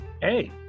Hey